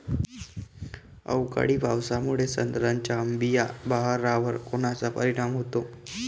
अवकाळी पावसामुळे संत्र्याच्या अंबीया बहारावर कोनचा परिणाम होतो?